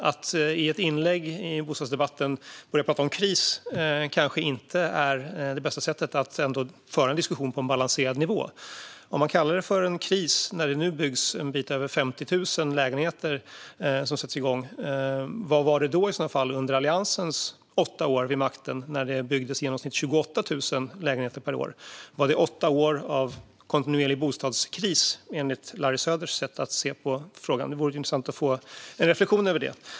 Att i ett inlägg i bostadsdebatten börja tala om kris är kanske inte det bästa sättet att föra en diskussion på en balanserad nivå. Att kalla det kris när det byggs över 50 000 lägenheter, vad var det då under Alliansens åtta år vid makten när det byggdes i genomsnitt 28 000 lägenheter per år? Var det åtta år av kontinuerlig bostadskris enligt Larrys Söders sätt att se på frågan? Det vore intressant att få höra en reflektion över det.